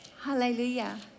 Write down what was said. Hallelujah